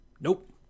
nope